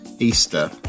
easter